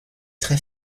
très